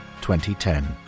2010